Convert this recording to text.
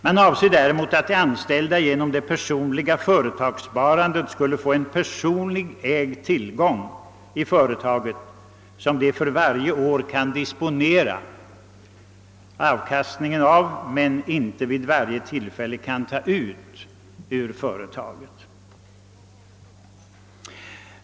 Man avser däremot att de anställda genom personligt företagssparande skulle få en personligt ägd tillgång i företaget som de för varje år kan disponera avkastningen av men inte vid varje tillfälle kan ta ut ur företaget.